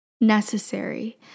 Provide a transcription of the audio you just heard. necessary